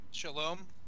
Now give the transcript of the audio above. Shalom